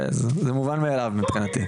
זה מובן מאליו מבחינתי.